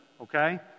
okay